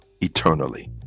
eternally